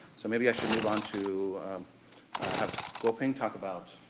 so maybe i should move on to have guoping talk about